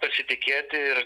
pasitikėti ir